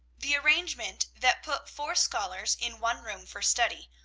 the arrangement that put four scholars in one room for study,